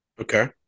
Okay